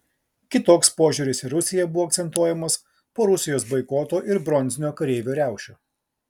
kitoks požiūris į rusiją buvo akcentuojamas po rusijos boikoto ir bronzinio kareivio riaušių